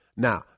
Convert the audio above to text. Now